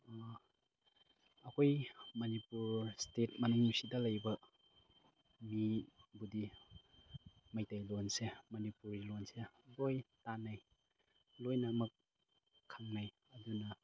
ꯑꯩꯈꯣꯏ ꯃꯅꯤꯄꯨꯔ ꯏꯁꯇꯦꯠ ꯃꯅꯨꯡꯁꯤꯗ ꯂꯩꯕ ꯃꯤꯕꯨꯗꯤ ꯃꯩꯇꯩꯂꯣꯟꯁꯦ ꯃꯅꯤꯄꯨꯔꯤ ꯂꯣꯟꯁꯦ ꯂꯣꯏ ꯇꯥꯅꯩ ꯂꯣꯏꯅꯃꯛ ꯈꯪꯅꯩ ꯑꯗꯨꯅ